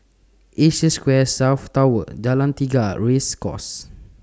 Asia Square South Tower Jalan Tiga Race Course